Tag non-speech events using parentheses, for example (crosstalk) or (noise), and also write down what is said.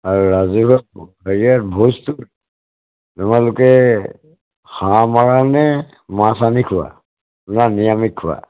আৰু ৰাজহুৱা (unintelligible) হেৰিয়াত ভোজটো তোমালোকে হাঁহ মাৰা নে মাছ আনি খোৱা না নিৰামিষ খোৱা